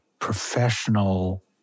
professional